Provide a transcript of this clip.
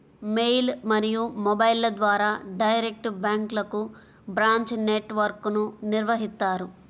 mail మరియు మొబైల్ల ద్వారా డైరెక్ట్ బ్యాంక్లకు బ్రాంచ్ నెట్ వర్క్ను నిర్వహిత్తారు